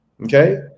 Okay